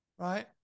Right